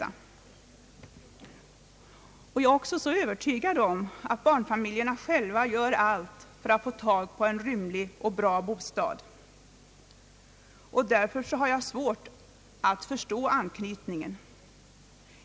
Jag är också övertygad om att barnfamiljerna själva gör allt för att få tag på en rymlig och bra bostad, och därför har jag svårt att förstå anknytningen.